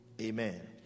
amen